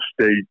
state